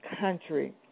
country